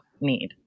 need